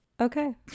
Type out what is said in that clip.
okay